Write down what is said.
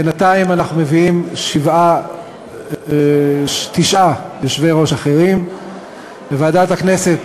בינתיים אנחנו מביאים תשעה יושבי-ראש אחרים: לוועדת הכנסת,